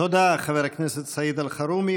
תודה, חבר הכנסת סעיד אלחרומי.